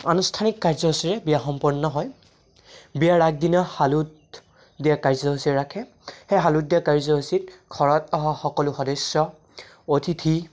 আনুষ্ঠানিক কাৰ্যসূচীৰে বিয়া সম্পন্ন হয় বিয়াাৰআগদিনা হালুধ দিয়া কাৰ্যসূচী ৰাখে সেই হালুধ দিয়া কাৰ্যসূচীত ঘৰত অহা সকলো সদস্য অতিথি